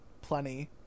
Plenty